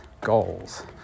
goals